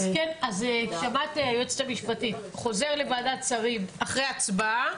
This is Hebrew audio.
אם כן, חוזר לוועדת שרים אחרי הצבעה.